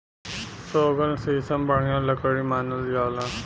सौगन, सीसम बढ़िया लकड़ी मानल जाला